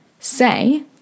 Say